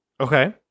Okay